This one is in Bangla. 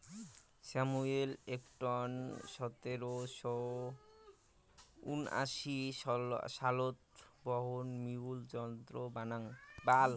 স্যামুয়েল ক্রম্পটন সতেরশো উনআশি সালত বয়ন মিউল যন্ত্র বানাং